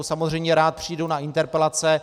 Samozřejmě rád přijdu na interpelace.